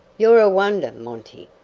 you're a wonder, monty!